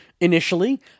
initially